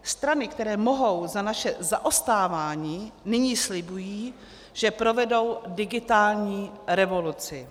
Strany, které mohou za naše zaostávání, nyní slibují, že provedou digitální revoluci.